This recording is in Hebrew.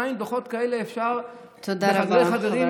דוחות כאלה עדיין אפשר בחדרי חדרים